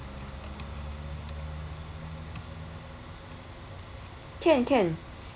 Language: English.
can can